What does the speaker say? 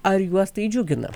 ar juos tai džiugina